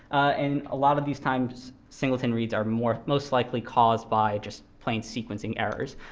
and a lot of these times, singleton reads are more most likely caused by just plain sequencing errors.